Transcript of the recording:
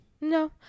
No